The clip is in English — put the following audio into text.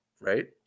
right